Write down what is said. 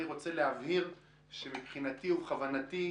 אני רוצה להבהיר שמבחינתי ובכוונתי,